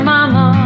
Mama